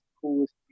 coolest